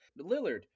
Lillard